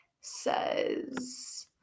says